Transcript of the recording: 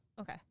Okay